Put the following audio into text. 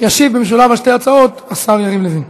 ישיב במשולב על שתי ההצעות השר יריב לוין.